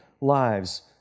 lives